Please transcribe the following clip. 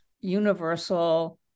universal